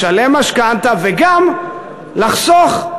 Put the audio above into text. לשלם משכנתה וגם לחסוך,